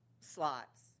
slots